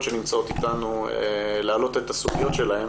שנמצאות איתנו להעלות את הסוגיות שלהן,